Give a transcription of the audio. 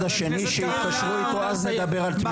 השני שיתקשרו איתו אז נדבר על תמימות.